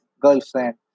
girlfriend